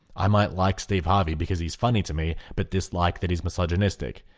i might like steve harvey because he's funny to me but dislike that he's misogynistic.